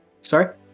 Sorry